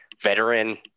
veteran